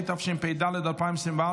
התשפ"ד 2024,